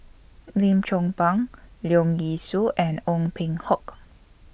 Lim Chong Pang Leong Yee Soo and Ong Peng Hock